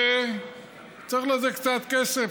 וצריך לזה קצת כסף,